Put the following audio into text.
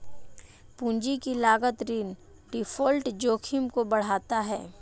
पूंजी की लागत ऋण डिफ़ॉल्ट जोखिम को बढ़ाता है